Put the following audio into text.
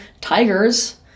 tigers